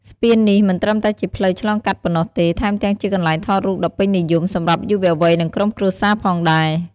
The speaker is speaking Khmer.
ស្ពាននេះមិនត្រឹមតែជាផ្លូវឆ្លងកាត់ប៉ុណ្ណោះទេ ថែមទាំងជាកន្លែងថតរូបដ៏ពេញនិយម សម្រាប់យុវវ័យ និងក្រុមគ្រួសារផងដែរ។